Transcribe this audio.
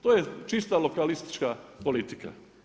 To je čista lokalistička politika.